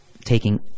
taking